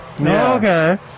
Okay